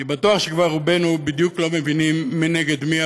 אני בטוח שכבר רובנו לא בדיוק מבינים מי נגד מי,